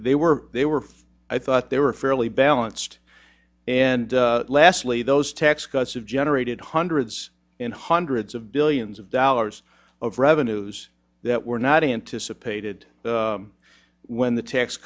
they were they were i thought they were fairly balanced and lastly those tax cuts have generated hundreds and hundreds of billions of dollars of revenues that were not anticipated when the tax